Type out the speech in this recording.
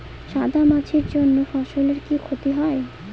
সাদা মাছির জন্য ফসলের কি ক্ষতি হয়?